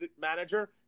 manager